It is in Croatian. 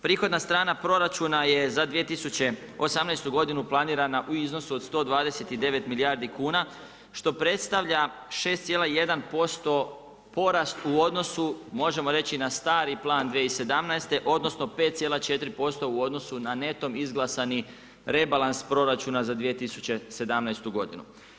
Prihodna strana proračuna je za 2018. godinu planirana u iznosu od 129 milijardi kuna što predstavlja 6,1% porast u odnosu možemo reći na stari plan 2017. odnosno 5,4% u odnosu na netom izglasani rebalans proračuna za 2017. godinu.